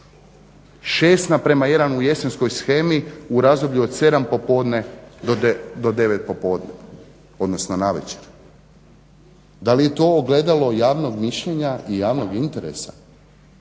omjera 6:1, 6:1 u jesenskoj shemi u razdoblju od 7 popodne do 9 navečer. Da li je to ogledalo javnog mišljenja i javnog interesa?